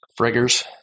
Friggers